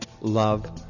love